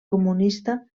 comunista